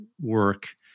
work